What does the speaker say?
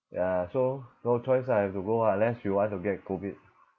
ya so no choice lah I have to go ah unless you want to get COVID